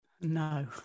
No